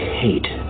hate